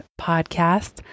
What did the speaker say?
podcast